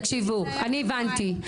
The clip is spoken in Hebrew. תקשיבו, אני הבנתי.